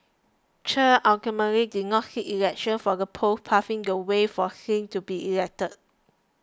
Chen ultimately did not seek election for the post paving the way for Singh to be elected